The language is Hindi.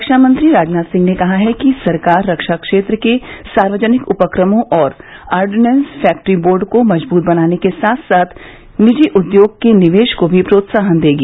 रक्षा मंत्री राजनाथ सिंह ने कहा है कि सरकार रक्षा क्षेत्र के सार्वजनिक उपक्रमों और आर्डनेंस फैक्ट्री बोर्ड को मजबूत बनाने के साथ साथ निजी उद्योग के निवेश को भी प्रोत्साहन देगी